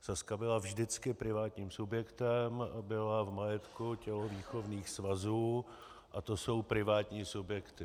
Sazka byla vždycky privátním subjektem, byla v majetku tělovýchovných svazů a to jsou privátní subjekty.